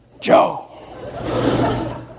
Joe